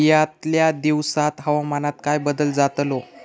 यतल्या दिवसात हवामानात काय बदल जातलो?